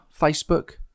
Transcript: Facebook